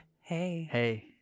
Hey